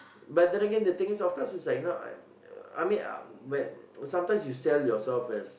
but then again the things of course it's like you know like I I uh I mean sometimes you sell yourself as